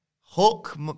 Hook